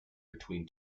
between